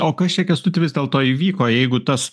o kas čia kęstuti vis dėlto įvyko jeigu tas